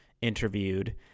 interviewed